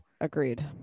Agreed